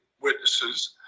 witnesses